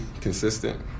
consistent